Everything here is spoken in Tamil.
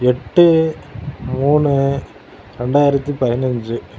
எட்டு மூணு ரெண்டாயரத்து பதினஞ்சு